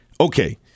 okay